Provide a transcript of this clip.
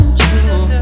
true